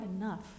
enough